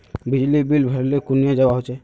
बिजली बिल भरले कुनियाँ जवा होचे?